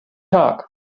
tag